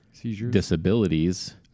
disabilities